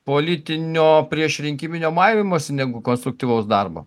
politinio priešrinkiminio maivymosi negu konstruktyvaus darbo